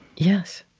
yes.